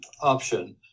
option